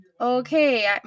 okay